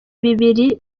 bibiri